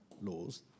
laws